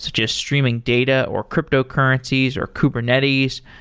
just streaming data, or cryptocurrencies, or kubernetes.